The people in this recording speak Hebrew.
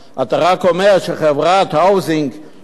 אתה רק אומר שחברת "Housing Council